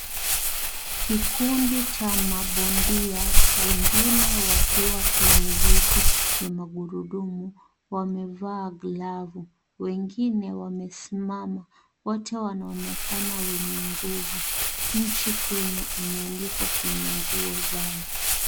Kikundi cha mabondia wengine wakiwa kwenye viti vya magurudumu wamevaa glavu, wengine wamesimama, wote wanaonekana wenye nguvu, nchi Kenya imeandikwa kwenye nguo zao.